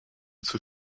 zur